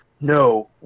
No